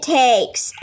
takes